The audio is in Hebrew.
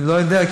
אני לא יודע,